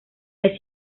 mes